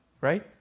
right